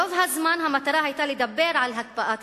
רוב הזמן המטרה היתה לדבר על הקפאת התנחלויות,